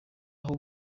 aho